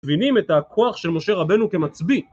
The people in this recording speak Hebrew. מבינים את הכוח של משה רבנו כמצביא